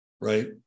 right